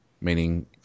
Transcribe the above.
meaning